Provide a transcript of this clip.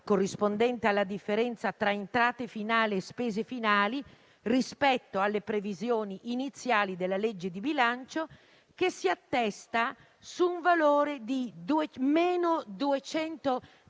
corrispondente alla differenza tra entrate finali e spese finali rispetto alle previsioni iniziali della legge di bilancio, che si attesta su un valore di -232,8